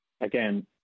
Again